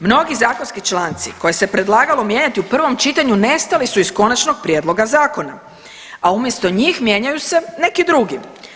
Mnogi zakonski članci koje se predlagalo mijenjati u prvom čitanju nestali su iz konačnog prijedloga zakona, a umjesto njih mijenjaju se neki drugi.